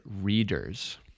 readers